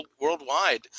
worldwide